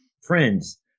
Friends